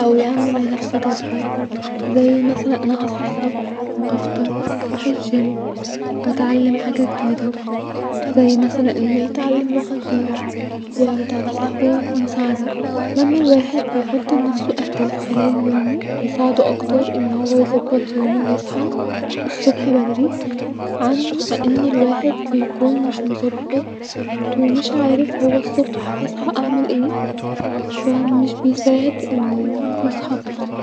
او يعمل لنفسو جدول-زي مثلا انا هصحي الصبح افطر اروح الجيم-اتعلم حاجه جديده-زي مثلا انو يتعلم لغه جديده-يعرض علي صاحبو مساعده-لما الواحد بيحط اهداف خلال يومو-بيساعدو اكتر انو يظبط يومو-ويصحي الصبح بدري-عن ما ان الواحد بيكون مش مظبط-و ومش عارف هو الصبح هصحي اعمل ايه-فا مش بيساعد انو يصحي بدري